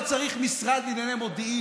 לא צריך משרד לענייני תפוצות,